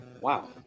wow